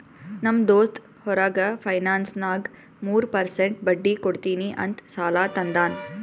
ನಮ್ ದೋಸ್ತ್ ಹೊರಗ ಫೈನಾನ್ಸ್ನಾಗ್ ಮೂರ್ ಪರ್ಸೆಂಟ್ ಬಡ್ಡಿ ಕೊಡ್ತೀನಿ ಅಂತ್ ಸಾಲಾ ತಂದಾನ್